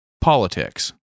politics